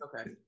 okay